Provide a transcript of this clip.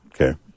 Okay